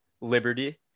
Liberty